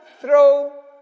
throw